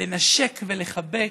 לנשק ולחבק,